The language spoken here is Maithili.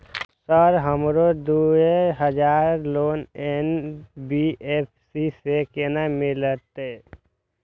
सर हमरो दूय हजार लोन एन.बी.एफ.सी से केना मिलते?